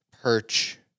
perch